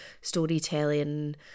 storytelling